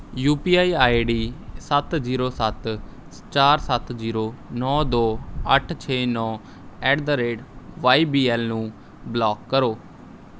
you P I I D ਸੱਤ zero ਸੱਤ ਚਾਰ ਸੱਤ ਜ਼ੀਰੋ ਨੌ ਦੋ ਅੱਠ ਛੇ ਨੌ at the rate Y B L ਨੂੰ ਬਲੋਕ ਕਰੋ